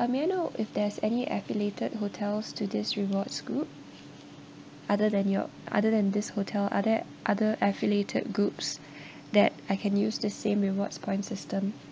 uh may I know if there's any affiliated hotels to this rewards group other than your other than this hotel are there other affiliated groups that I can use the same rewards points system